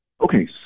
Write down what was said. okay